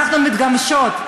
אנחנו מתגמשות,